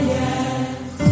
yes